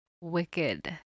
wicked